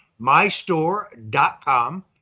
mystore.com